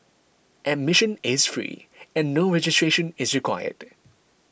admission is free and no registration is required